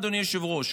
אדוני היושב-ראש,